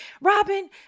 Robin